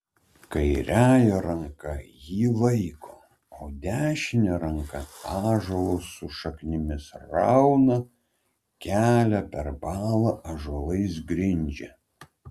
kairiąja ranka jį laiko o dešine ranka ąžuolus su šaknimis rauna kelią per balą ąžuolais grindžia